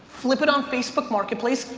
flip it on facebook marketplace,